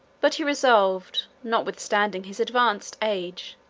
but he resolved, notwithstanding his advanced age,